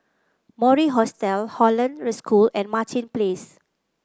Mori Hostel Hollandse School and Martin Place